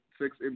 six